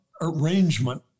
arrangement